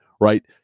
right